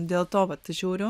dėl to vat žiūriu